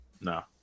No